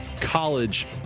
college